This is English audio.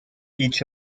each